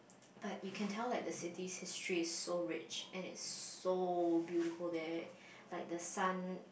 but you can tell like the city's history is so rich and it's so beautiful there like the sun